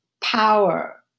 power